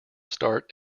start